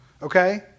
Okay